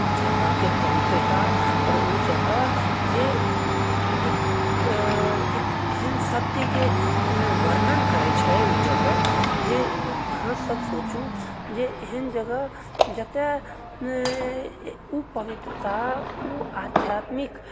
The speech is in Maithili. ओ जगहके पवित्रता आओर ओ जगह जे एक एक एहन सत्यके वर्णन करैत छै ओ जगह जे अहाँसभ सोचू जे एहन जगह जतय ओ पवित्रता ओ आध्यात्मिक